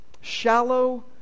shallow